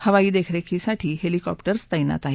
हवाई देखरेखीसाठी हेलिकॉप्टर्स तैनात आहेत